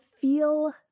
feel